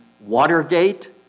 Watergate